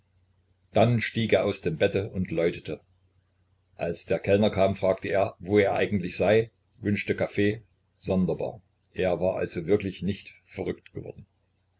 dann stieg er aus dem bette und läutete als der kellner kam fragte er wo er eigentlich sei wünschte kaffee sonderbar er war also wirklich nicht verrückt geworden